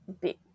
big